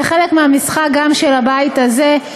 זה חלק מהמשחק גם של הבית הזה,